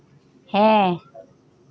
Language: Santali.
ᱦᱮᱸ